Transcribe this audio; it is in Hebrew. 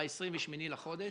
ב-28 לחודש,